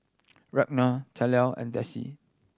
Ragna Terell and Dessie